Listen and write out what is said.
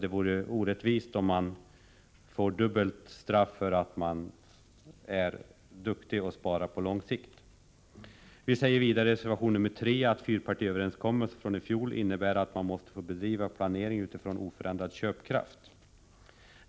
Det vore orättvist att ge försvaret straff för att man är duktig på att spara på lång sikt. I reservation 3 säger vi vidare att fyrpartiöverenskommelsen från i fjol innebär att försvaret måste få bedriva planeringen utifrån oförändrad köpkraft.